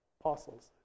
apostles